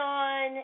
on